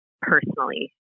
personally